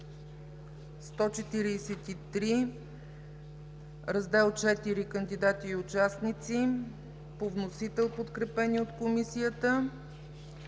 143; Раздел ІV – „Кандидати и участници”, по вносител, подкрепен от Комисията,